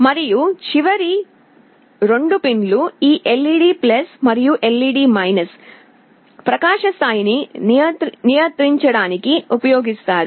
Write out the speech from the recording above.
మరియు చివరి 2 పిన్స్ ఈ LED మరియు LED ప్రకాశం స్థాయిని నియంత్రించడానికి ఉపయోగిస్తారు